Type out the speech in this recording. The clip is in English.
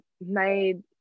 made